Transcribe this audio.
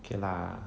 okay lah